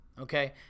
Okay